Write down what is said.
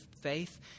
faith